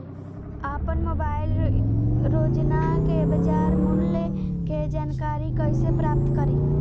आपन मोबाइल रोजना के बाजार मुल्य के जानकारी कइसे प्राप्त करी?